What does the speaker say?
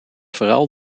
vooral